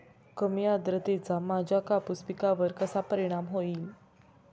कमी आर्द्रतेचा माझ्या कापूस पिकावर कसा परिणाम होईल?